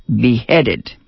beheaded